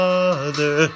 Father